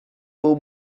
był